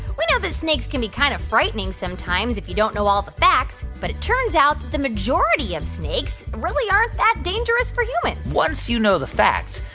we know that snakes can be kind of frightening sometimes if you don't know all the facts, but it turns out the majority of snakes really aren't that dangerous for humans once you know the facts,